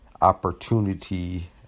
opportunity